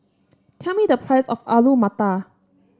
tell me the price of Alu Matar